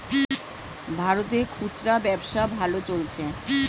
ভারতে খুচরা ব্যবসা ভালো চলছে